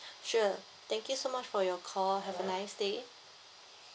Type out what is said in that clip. sure thank you so much for your call have a nice day